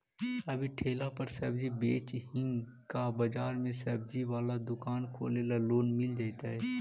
अभी ठेला पर सब्जी बेच ही का बाजार में ज्सबजी बाला दुकान खोले ल लोन मिल जईतै?